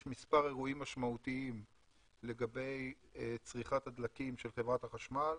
יש מספר אירועים משמעותיים לגבי צריכת הדלקים של חברת החשמל: